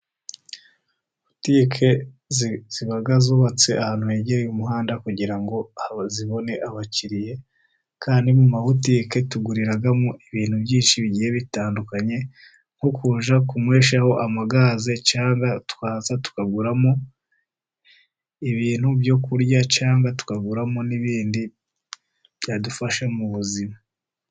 Botike ziba zubatse ahantu hegereye umuhanda, kugira ngo zibone abakiriya. Kandi mu mabotike tuguriramo ibintu byinshi bigiye bitandukanye, nko kujya kunyweshaho amagaze cyangwa tukajya tukaguramo ibintu byo kurya cyangwa tukaguramo n'ibindi byadufasha mu buzima.